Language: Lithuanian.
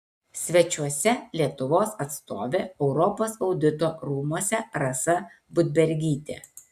svečiuose lietuvos atstovė europos audito rūmuose rasa budbergytė